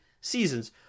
seasons